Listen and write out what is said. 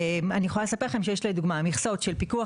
אני יכולה לספר לכם שיש למשל מכסות של פיקוח